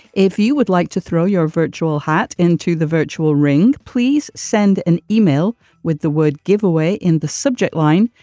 if you would like to throw your virtual hat into the virtual ring. please send an email with the would give away in the subject line.